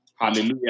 Hallelujah